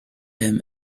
him